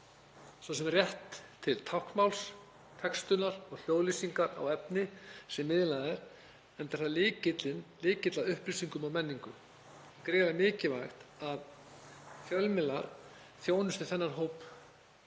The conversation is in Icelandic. svo sem rétti til táknmáls, textunar og hljóðlýsingar á efni sem miðlað er, enda er það lykillinn að upplýsingum og menningu. Það er gríðarlega mikilvægt að fjölmiðlar þjónusti þennan hóp